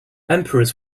emperors